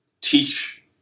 teach